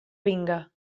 vinga